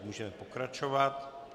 Můžeme pokračovat.